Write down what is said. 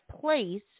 place